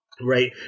right